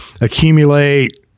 accumulate